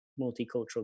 multicultural